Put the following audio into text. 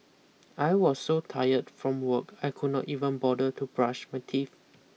I was so tired from work I could not even bother to brush my teeth